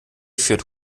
führt